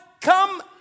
Come